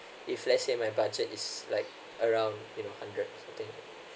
if let's say my budget is like around you know hundred something